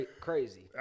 Crazy